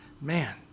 man